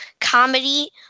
comedy